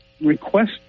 request